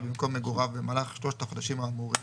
במקום מגוריו במהלך שלושה החודשים האמורים,